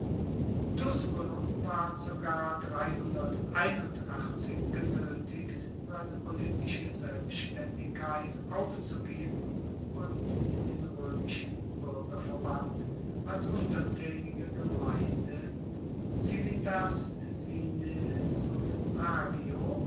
tusculum ward sogar genoetigt seine politische selbstaendigkeit aufzugeben und in den roemischen buergerverband als untertaenige gemeinde